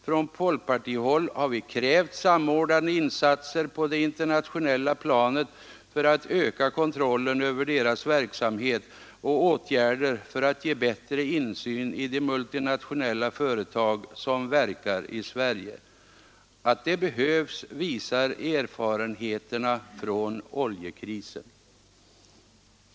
Från folkpartihåll har vi krävt samordnade insatser på det internationella planet för att öka kontrollen över deras verksamhet och åtgärder för att ge bättre insyn i de multinationella företag som verkar i Sverige. Att det behövs visar erfarenheterna från oljekrisen.